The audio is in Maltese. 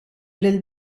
lil